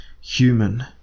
human